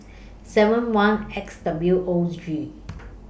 seven one X W Os G